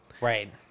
Right